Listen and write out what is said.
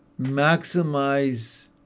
maximize